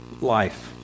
life